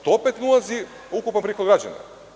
To opet ne ulazi u ukupan prihod građana.